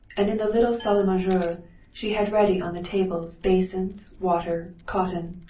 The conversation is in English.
and in the little salle a manger she had ready on the table basins, water, cotton,